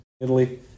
Italy